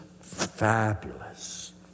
fabulous